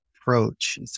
approach